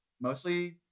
mostly